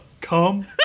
come